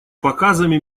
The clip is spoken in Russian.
показами